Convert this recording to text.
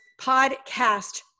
podcast